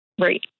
Right